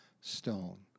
stone